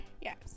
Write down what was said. Yes